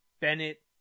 Bennett